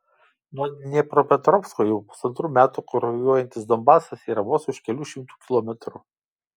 nuo dniepropetrovsko jau pusantrų metų kraujuojantis donbasas yra vos už kelių šimtų kilometrų